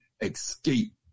escape